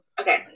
Okay